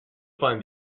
find